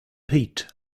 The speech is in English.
peat